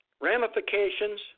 Ramifications